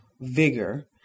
vigor